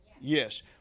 Yes